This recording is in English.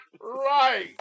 Right